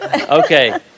Okay